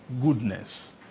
goodness